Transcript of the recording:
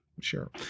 sure